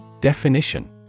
Definition